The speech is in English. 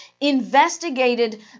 investigated